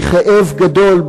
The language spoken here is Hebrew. בכאב גדול,